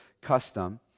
custom